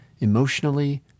emotionally